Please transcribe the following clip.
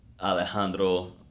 Alejandro